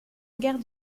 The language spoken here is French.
guerre